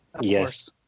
Yes